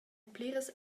pliras